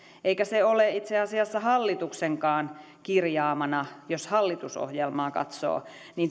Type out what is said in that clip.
eikä se ole itse asiassa hallituksenkaan kirjaamana jos hallitusohjelmaa katsoo